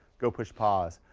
go push pause.